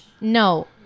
No